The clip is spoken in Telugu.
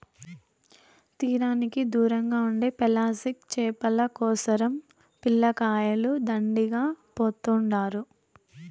తీరానికి దూరంగా ఉండే పెలాజిక్ చేపల కోసరం పిల్లకాయలు దండిగా పోతుండారు